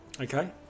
Okay